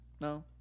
No